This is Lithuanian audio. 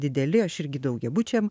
dideli aš irgi daugiabučiam